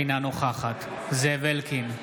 אינה נוכחת זאב אלקין,